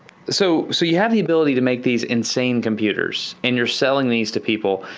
so so you have the ability to make these insane computers and you're selling these to people.